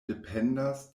dependas